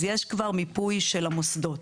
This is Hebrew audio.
אז יש כבר מיפוי של המוסדות.